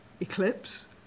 eclipse